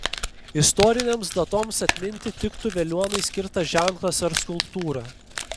istorinėms datoms atminti tiktų veliuonai skirtas ženklas ar skulptūra